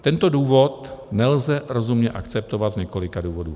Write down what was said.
Tento důvod nelze rozumně akceptovat z několika důvodů.